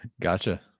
gotcha